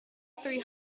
three